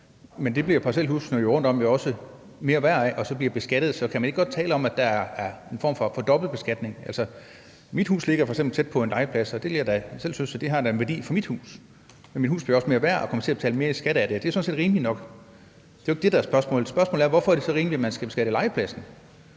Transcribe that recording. men det bliver parcelhusene rundtom jo også mere værd af og bliver beskattet derefter. Så kan man ikke godt tale om, at der er en form for dobbeltbeskatning? Mit hus ligger f.eks. tæt på en legeplads, og det synes jeg da selv har en værdi for mit hus, men mit hus bliver også mere værd, og jeg kommer til at betale mere i skat af det. Det er sådan set rimeligt nok. Det er jo ikke det, der er spørgsmålet. Spørgsmålet er, hvorfor det er rimeligt, at man skal beskatte legepladsen